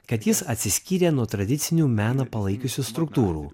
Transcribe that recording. kad jis atsiskyrė nuo tradicinių meną palaikiusių struktūrų